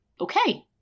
Okay